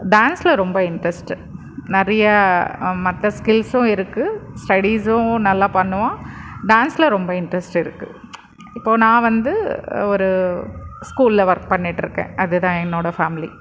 டான்ஸில் ரொம்ப இன்ட்ரஸ்ட்டு நிறைய மற்ற ஸ்கில்ஸும் இருக்குது ஸ்டடிஸும் நல்லா பண்ணுவான் டான்ஸில் ரொம்ப இன்ட்ரஸ்ட் இருக்குது இப்போது நான் வந்து ஒரு ஸ்கூலில் ஒர்க் பண்ணிட்டுருக்கேன் அது தான் என்னோடய ஃபேமிலி